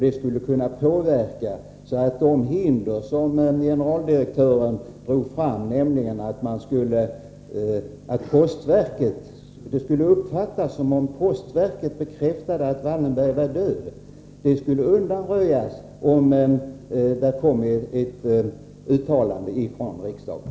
Generaldirektören framhöll för mig att ett frimärke med Raoul Wallenbergs porträtt skulle uppfattas som om postverket bekräftade att Wallenberg var död. Det hindret skulle undanröjas av ett uttalande från riksdagen.